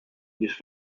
ніж